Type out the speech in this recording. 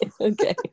okay